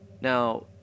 now